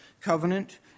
covenant